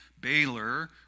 Baylor